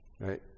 Right